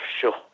sure